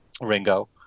Ringo